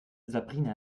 sabrina